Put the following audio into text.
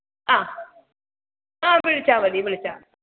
ആഹ് ആഹ് വിളിച്ചാൽ മതി വിളിച്ചാൽ മതി